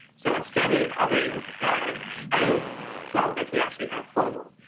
so instead of having and eight flower beds, we actually have four.